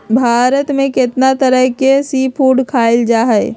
भारत में कितना तरह के सी फूड खाल जा हई